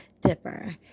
dipper